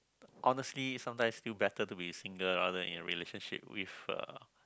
honestly sometimes feel better to be single rather than in a relationship with a